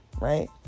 right